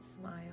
smile